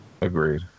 Agreed